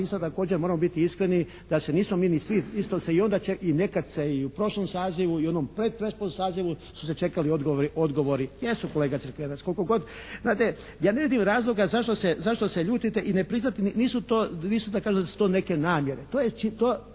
isto također moramo biti iskreni da se nismo mi ni svi, isto se i onda, i nekad se i u prošlom sazivu i u onom pret … /Govornik se ne razumije./ … sazivu su se čekali odgovori. Jesu kolega Crkvenac, koliko god, znate ja ne vidim razloga zašto se ljutite i ne priznate? Nisu to, nisu da kažem